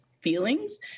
feelings